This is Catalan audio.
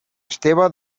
esteve